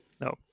no